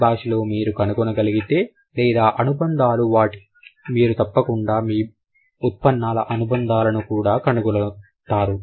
మీ భాషలో మీరు కనుగొనగలిగితే లేదా అనుబంధాలు వాటి మీరు తప్పకుండా ఉత్పన్నాల అనుబంధాలను కూడా కనుగొనగలగుతారు